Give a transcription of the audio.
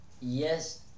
Yes